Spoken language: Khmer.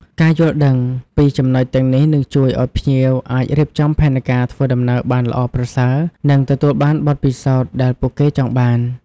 ការយល់ដឹងពីចំណុចទាំងនេះនឹងជួយឲ្យភ្ញៀវអាចរៀបចំផែនការធ្វើដំណើរបានល្អប្រសើរ និងទទួលបានបទពិសោធន៍ដែលពួកគេចង់បាន។